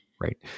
Right